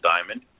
diamond